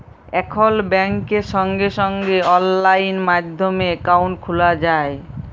এখল ব্যাংকে সঙ্গে সঙ্গে অললাইন মাধ্যমে একাউন্ট খ্যলা যায়